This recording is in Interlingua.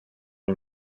ser